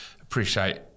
appreciate